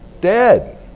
dead